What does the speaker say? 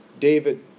David